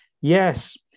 Yes